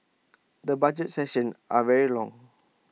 the budget sessions are very long